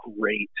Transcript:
great